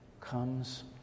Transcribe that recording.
comes